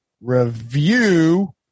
review